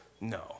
No